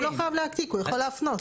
הוא לא חייב להעתיק, הוא יכול להפנות.